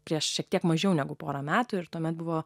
prieš šiek tiek mažiau negu porą metų ir tuomet buvo